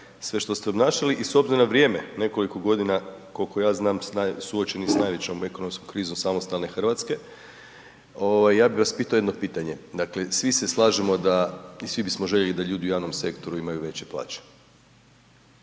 sve što ste obnašali i s obzirom na vrijeme, nekoliko godina, kolko ja znam, suočeni s najvećom ekonomskom krizom samostalne RH, ja bi vas pitao jedno pitanje. Dakle, svi se slažemo da i svi bismo željeli da ljudi u javnom sektoru imaju veće plaće,